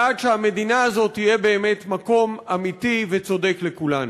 בעד שהמדינה הזאת תהיה באמת מקום אמיתי וצודק לכולנו.